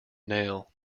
nail